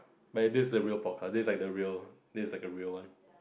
but this is a real podcast this is like the real this is like a real one